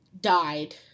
died